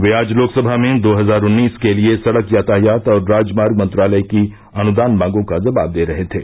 वे आज लोकसभा में दो हजार उन्नीस के लिए सड़क यातायात और राजमार्ग मंत्रालय की अनुदान मांगों का जवाब दे रहे थे